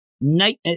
night